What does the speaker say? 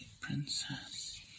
Princess